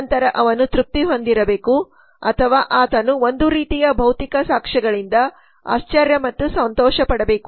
ನಂತರ ಅವನು ತೃಪ್ತಿ ಹೊಂದಿರಬೇಕು ಅಥವಾ ಆತನು ಒಂದು ರೀತಿಯ ಭೌತಿಕ ಸಾಕ್ಷ್ಯಗಳಿಂದ ಆಶ್ಚರ್ಯ ಮತ್ತು ಸಂತೋಷಪಡಬೇಕು